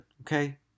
okay